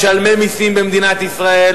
משלמי מסים במדינת ישראל,